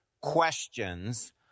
questions